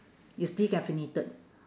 is decaffeinated